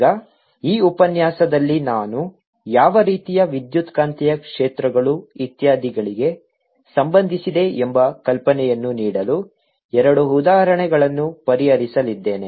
ಈಗ ಈ ಉಪನ್ಯಾಸದಲ್ಲಿ ನಾನು ಯಾವ ರೀತಿಯ ವಿದ್ಯುತ್ಕಾಂತೀಯ ಕ್ಷೇತ್ರಗಳು ಇತ್ಯಾದಿಗಳಿಗೆ ಸಂಬಂಧಿಸಿದೆ ಎಂಬ ಕಲ್ಪನೆಯನ್ನು ನೀಡಲು 2 ಉದಾಹರಣೆಗಳನ್ನು ಪರಿಹರಿಸಲಿದ್ದೇನೆ